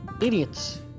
Idiots